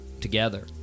together